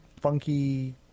funky